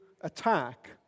attack